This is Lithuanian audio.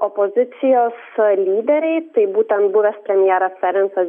opozicijos lyderiai tai būtent buvęs premjeras ferencas